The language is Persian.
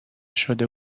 شده